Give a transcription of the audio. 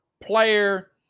player